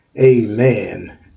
Amen